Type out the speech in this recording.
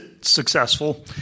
successful